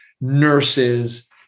nurses